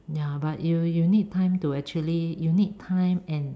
ya but you you need time to actually you need time and